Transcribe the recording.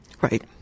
right